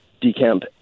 decamp